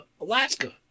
Alaska